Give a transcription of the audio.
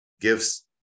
gifts